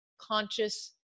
conscious